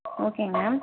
ஓகேங்க மேம்